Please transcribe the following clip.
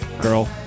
girl